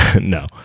No